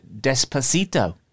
Despacito